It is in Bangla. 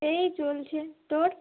এই চলছে তোর